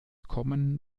kommen